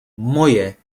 moje